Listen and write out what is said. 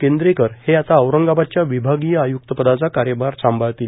केंद्रेकर हे आता औरंगाबादच्या विभागीय आय्क्त पदाचा कार्यभार सांभाळतील